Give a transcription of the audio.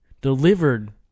delivered